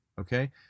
okay